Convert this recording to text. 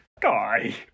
Guy